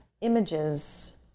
images